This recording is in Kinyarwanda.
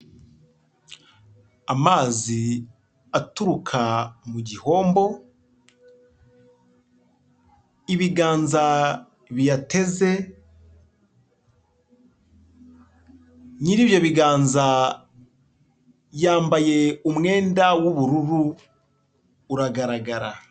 Amazi aturuka mu gihombo ibiganza biteze nyi'ibyo biganza yambaye umwenda w'ubururu uragaragara.